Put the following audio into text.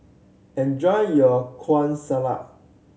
enjoy your Kueh Salat